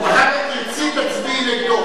אחר כך תרצי, תצביעי נגדו.